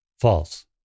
False